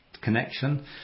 connection